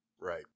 Right